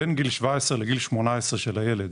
בין גיל 17 לגיל 18 של הילד